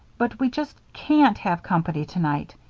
but we just can't have company tonight.